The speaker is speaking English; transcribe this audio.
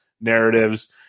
narratives